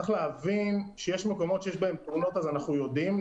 צריך להבין שיש מקומות שיש בהם תאונות אז אנחנו יודעים,